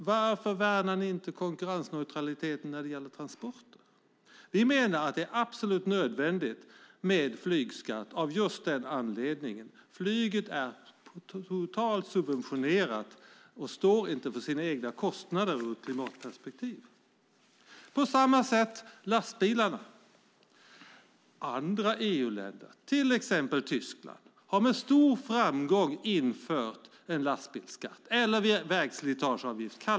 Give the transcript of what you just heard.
Varför värnar ni inte konkurrensneutraliteten när det gäller transporter? Vi menar att det är absolut nödvändigt med flygskatt av just denna anledning. Flyget är subventionerat och står i dag inte för sina kostnader ur ett klimatperspektiv. Detsamma gäller för lastbilar. Andra EU-länder, till exempel Tyskland, har med stor framgång infört en lastbilsskatt eller vägslitageavgift.